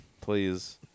Please